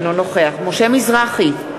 אינו נוכח משה מזרחי,